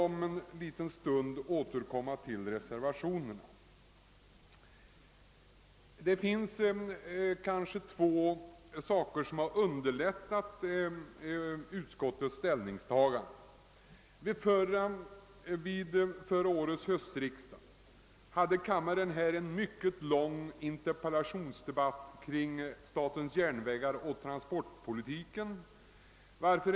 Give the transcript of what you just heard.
Om en liten stund skall jag återkomma till reservationerna. Det finns två saker som kanske underlättat utskottets ställningstagande. Vid förra årets höstriksdag fördes i kammaren en mycket lång interpellationsdebatt kring statens järnvägar och transportpolitiken.